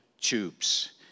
tubes